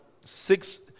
Six